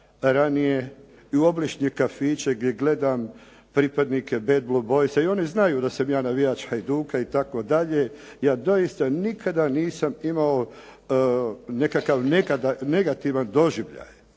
ranije i u obližnje kafiće gdje gledam pripadnike Bad Blue Boysa i oni znaju da sam ja navijač Hajduka itd. ja dosita nikada nisam imamo nekakav negativan doživljaj,